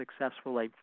successfully